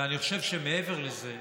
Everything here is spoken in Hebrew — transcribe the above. ואני חושב שמעבר לזה,